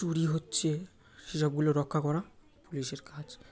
চুরি হচ্ছে সেসবগুলো রক্ষা করা পুলিশের কাজ